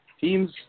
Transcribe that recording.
teams